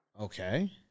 Okay